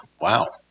Wow